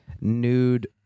nude